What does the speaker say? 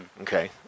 Okay